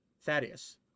Thaddeus